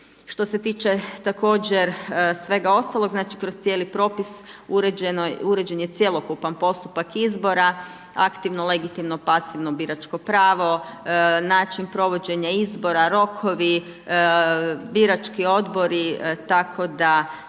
Što se tiče također svega ostalog, znači kroz cijeli propis, uređen je cjelokupan postupak izbora, aktivno legitimno, pasivno biračko pravo, način provođenje izbora, rokovi, birački odbori, tako da